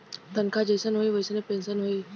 तनखा जइसन होई वइसने पेन्सन होई